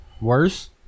Worse